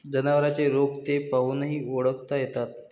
जनावरांचे रोग ते पाहूनही ओळखता येतात